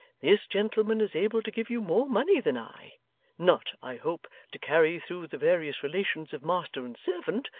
this gentleman is able to give you more money than i not, i hope, to carry through the various relations of master and servant,